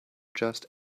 just